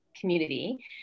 community